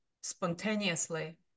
spontaneously